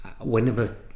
Whenever